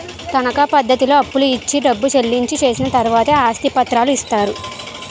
తనకా పద్ధతిలో అప్పులు ఇచ్చి డబ్బు చెల్లించి చేసిన తర్వాతే ఆస్తి పత్రాలు ఇస్తారు